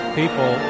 people